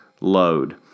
load